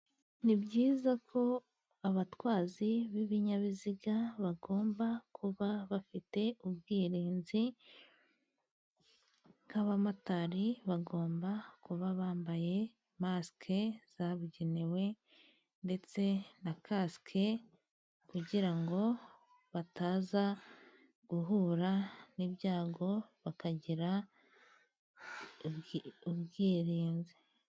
Ni byiza ko abatwazi b'ibinyabiziga, bagomba kuba bafite ubwirinzi, nk'abamotari bagomba kuba bambaye masike zabugenewe, ndetse na kasike, kugira ngo bataza guhura n'ibyago, bakagira ubwirinzi.